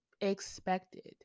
expected